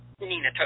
Nina